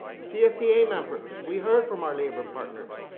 csea members. we heard from our labor partners.